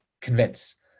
convince